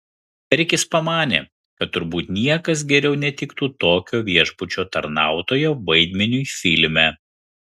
rikis pamanė kad turbūt niekas geriau netiktų tokio viešbučio tarnautojo vaidmeniui filme